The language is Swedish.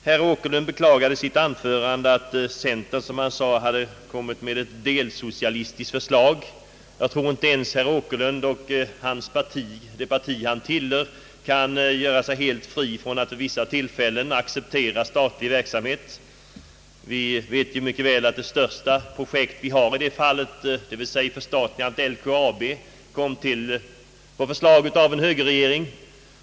Herr Åkerlund beklagade i sitt anförande att centerpartiet, som han sade, hade presenterat ett delsocialistiskt förslag. Jag tror att inte ens herr Åkerlund och det parti han tillhör kan svära sig helt fria från att vid vissa tillfällen ha accepterat statlig verksamhet. Vi vet t.ex. att det ursprungliga förslaget om förstatligandet av LKAB kom från en högerregering.